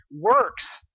works